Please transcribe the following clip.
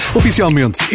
Oficialmente